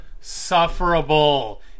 insufferable